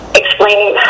explaining